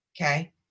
Okay